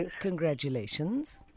congratulations